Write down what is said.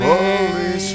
Holy